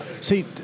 See